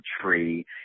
tree